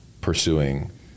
pursuing